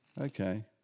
Okay